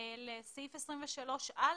לסעיף 23(א)